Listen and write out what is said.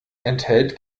enthält